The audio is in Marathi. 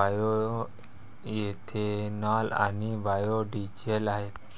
बायोएथेनॉल आणि बायो डीझेल आहेत